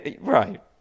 right